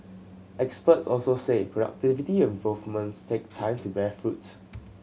experts also say productivity improvements take time to bear fruit